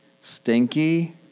stinky